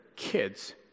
kids